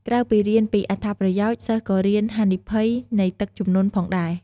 ក្រៅពីរៀនពីអត្ថប្រយោជន៍ សិស្សក៏រៀនហានិភ័យនៃទឹកជំនន់ផងដែរ។